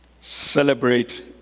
celebrate